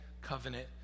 covenant